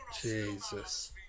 Jesus